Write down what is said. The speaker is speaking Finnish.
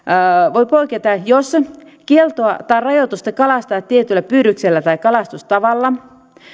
voi poiketa jos ne koskevat kieltoa tai rajoitusta kalastaa tietyllä pyydyksellä tai kalastustavalla